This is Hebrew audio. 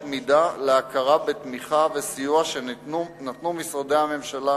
מידה להכרה בתמיכה ובסיוע שנתנו משרדי הממשלה